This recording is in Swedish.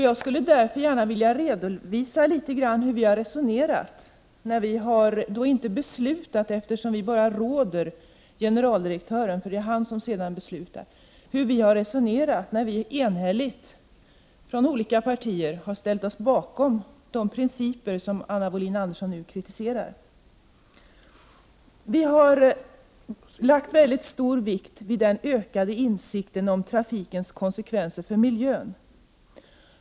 Jag skulle därför gärna vilja redovisa litet hur vi har resonerat när vi visserligen inte har beslutat — eftersom vi bara råder generaldirektören, som sedan beslutar — men enhälligt från olika partier har ställt oss bakom de principer som Anna Wohlin-Andersson nu kritiserar. Vi har lagt mycket stor vikt vid den ökade insikten om trafikens konsekvenser för miljön.